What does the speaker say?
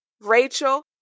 Rachel